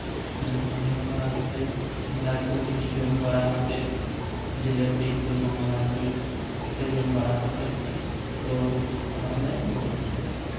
ᱢᱮᱞᱟ ᱠᱚ ᱧᱮᱞ ᱵᱟᱲᱟ ᱠᱟᱛᱮᱜ ᱢᱮᱞᱟ ᱠᱚᱨᱮᱫ ᱠᱤᱪᱷᱩ ᱡᱚᱢ ᱵᱟᱲᱟ ᱠᱟᱛᱮᱫ ᱡᱤᱞᱟᱹᱯᱤ ᱠᱚ ᱢᱳᱜᱽᱞᱟᱭ ᱠᱚ ᱯᱤᱴᱷᱟᱹ ᱡᱚᱢ ᱵᱟᱲᱟ ᱠᱟᱛᱮᱫ ᱛᱳ ᱚᱲᱟᱜ ᱞᱮ ᱨᱩᱣᱟᱹᱲ ᱜᱮᱭᱟ